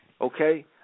okay